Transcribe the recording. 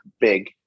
big